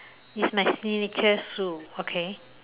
it's my signature shoe okay